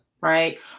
Right